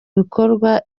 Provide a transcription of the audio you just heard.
bikorwa